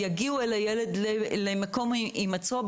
למקום הימצאו,